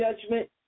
judgment